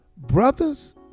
brothers